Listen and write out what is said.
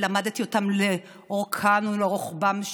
שלמדתי אותם לאורכם ולרוחבם,